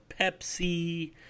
Pepsi